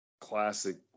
classic